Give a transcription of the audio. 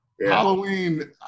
Halloween